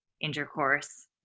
intercourse